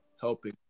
helping